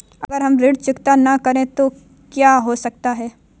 अगर हम ऋण चुकता न करें तो क्या हो सकता है?